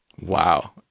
Wow